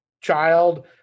child